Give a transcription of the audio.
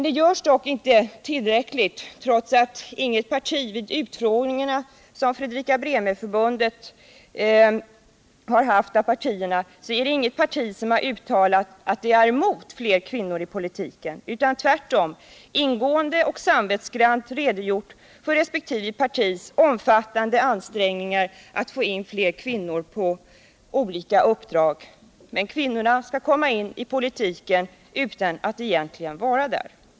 Det görs dock inte i tillräcklig utsträckning, trots att inget parti vid Fredrika-Bremerförbundets utfrågningar uttalat sig emot fler kvinnor i politiken utan tvärtom ingående och samvetsgrant redogjort för resp. partis omfattande ansträngningar att få in fler kvinnor på olika uppdrag. Men kvinnorna skall komma in i politiken utan att egentligen vara där.